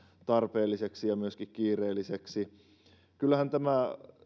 tarpeelliseksi ja myöskin kiireelliseksi kyllähän tämä